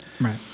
right